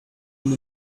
been